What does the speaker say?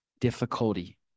difficulty